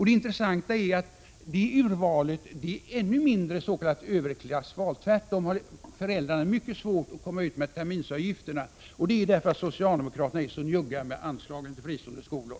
Det intressanta är att urvalet där ännu mindre är ett s.k. överklassurval. Tvärtom har föräldrarna mycket svårt att komma ut med terminsavgifterna. Och det har de därför att socialdemokraterna är så njugga med anslag till fristående skolor.